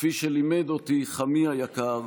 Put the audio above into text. כפי שלימד אותי חמי היקר,